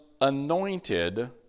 anointed